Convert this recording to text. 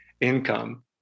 income